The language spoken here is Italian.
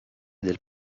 del